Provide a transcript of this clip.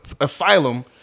asylum